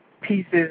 pieces